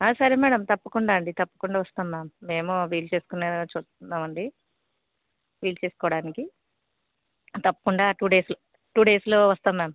సరే మేడం తప్పకుండా అండి తప్పకుండా వస్తాం మ్యామ్ మేమూ వీలు చూసుకునే చుస్తున్నామండీ వీలు చేసుకోవడానికి తప్పకుండా టూ డేస్లో టూ డేస్లో వస్తాం మ్యామ్